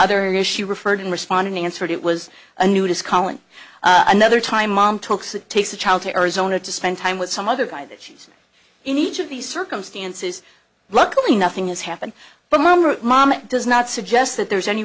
other issue referred in responding answered it was a nudist colony another time mom talks it takes a child to arizona to spend time with some other guy that she's in each of these circumstances luckily nothing has happened but mom or mom does not suggest that there's any